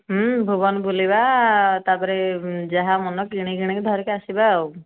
ଭୁବନ ବୁଲିବା ତାପରେ ଯାହା ମନ କିଣି କିଣାକି ଧରିକି ଆସିବା ଆଉ